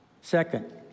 Second